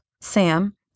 Sam